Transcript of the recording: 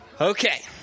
Okay